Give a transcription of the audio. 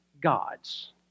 God's